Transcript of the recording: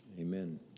amen